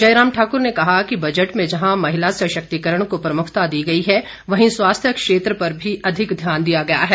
जयराम ठाक्र ने कहा कि बजट में जहां महिला सशक्तिकरण को प्रमुखता दी गई है वहीं स्वास्थ्य क्षेत्र पर भी अधिक ध्यान दिया गया है